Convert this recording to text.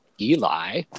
Eli